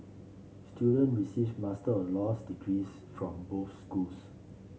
student receive Master of Laws degrees from both schools